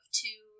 two